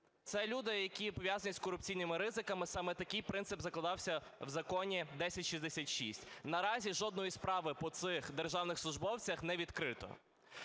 Це люди, які пов'язані з корупційними ризиками, саме такий принцип закладався у Законі 1066. Наразі жодної справи по цих державних службовцях не відкрито.